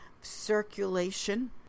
circulation